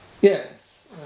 Yes